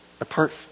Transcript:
apart